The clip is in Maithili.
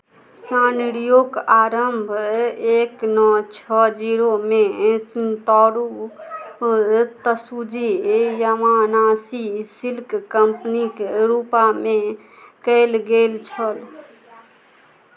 सानरियोक आरम्भ एक नओ छओ जीरोमे शिन्तारो त्सुजी यामानाशी सिल्क कम्पनीक रूपमे कयल गेल छल